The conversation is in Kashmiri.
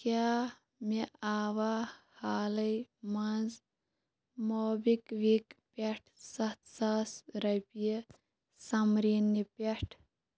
کیٛاہ مےٚ آوا حالَے منٛز موبِکوِک پٮ۪ٹھ سَتھ ساس رۄپیہِ سمریٖن نہِ پٮ۪ٹھ